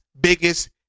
biggest